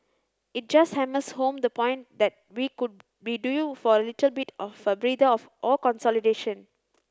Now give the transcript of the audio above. it just hammers home the point that we could be due for a little bit of a breather or consolidation